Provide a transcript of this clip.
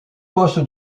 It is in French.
poste